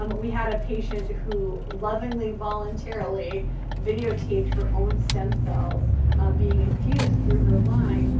um we had a patient who lovingly, voluntarily videotaped her own stem cells being infused through her line,